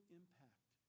impact